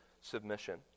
submission